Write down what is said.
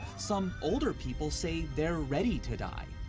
some older people say they're ready to die.